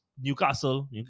Newcastle